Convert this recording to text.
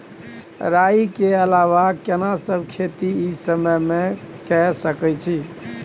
राई के अलावा केना सब खेती इ समय म के सकैछी?